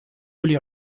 olli